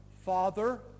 Father